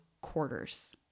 quarters